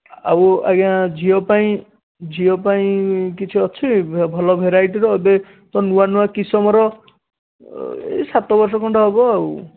ଆଉ ଆଜ୍ଞା ଝିଅ ପାଇଁ ଝିଅ ପାଇଁ କିଛି ଅଛି ଭଲ ଭେରାଇଟିର ଏବେ ତ ନୂଆ ନୂଆ କିସମର ଏଇ ସାତ ବର୍ଷ ଖଣ୍ଡେ ହେବ ଆଉ